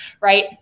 right